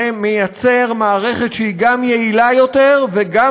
זה מייצר מערכת שהיא גם יעילה יותר וגם